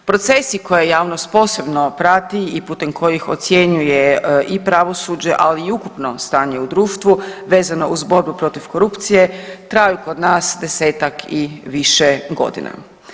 Procesi koje javnost posebno prati i putem kojih ocjenjuje i pravosuđe, ali i ukupno stanje u društvu vezano uz borbu protiv korupcije traju kod nas 10-tak i više godina.